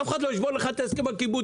אף אחד לא ישבור לך את ההסכם הקיבוצי.